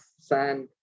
sand